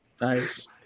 Nice